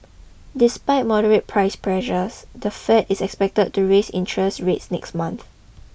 despite moderate price pressures the Fed is expected to raise interest rates next month